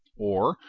or,